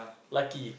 lucky